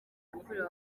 yakorewe